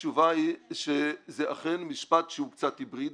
התשובה היא שזה אכן משפט שהוא קצת היברידי,